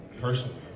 personally